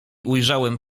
ujrzałem